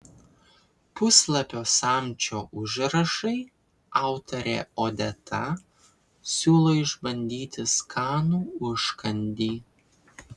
puslapio samčio užrašai autorė odeta siūlo išbandyti skanų užkandį